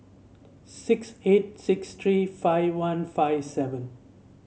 six eight six three five one five seven